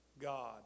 God